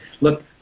Look